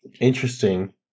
Interesting